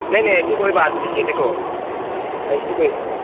नहीं नहीं ऐसी कोई बात नहीं है देखो ऐसी कोई